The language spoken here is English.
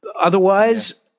Otherwise